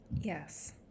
yes